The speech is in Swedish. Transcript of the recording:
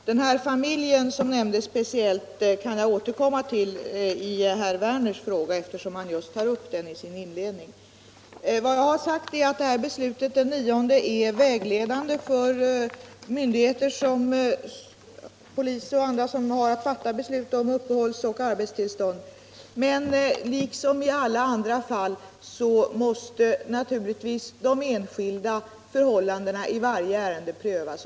Herr talman! Den familj som nämndes kan jag återkomma till i samband med herr Werners i Malmö fråga, eftersom han tar upp den i inledningen till frågan. Vad jag sagt är att beslutet av den 9 april är vägledande för polis och andra myndigheter, som har att fatta beslut om arbets och uppehållstillstånd. Men liksom i andra fall måste naturligtvis de enskilda förhållandena i varje ärende prövas.